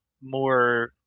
more